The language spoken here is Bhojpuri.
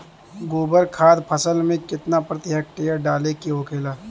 गोबर खाद फसल में कितना प्रति हेक्टेयर डाले के होखेला?